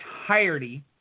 entirety